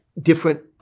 different